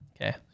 Okay